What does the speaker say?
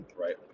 right